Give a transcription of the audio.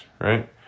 right